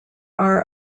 are